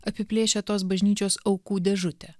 apiplėšę tos bažnyčios aukų dėžutę